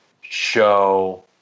show